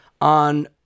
On